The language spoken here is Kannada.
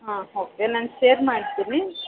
ಆಂ ಓಕೆ ನಾನು ಶೇರ್ ಮಾಡ್ತೀನಿ